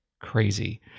crazy